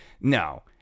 No